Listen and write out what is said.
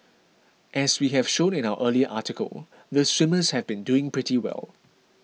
as we have shown in our earlier article the swimmers have been doing pretty well